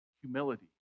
humility